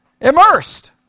immersed